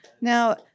Now